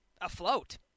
afloat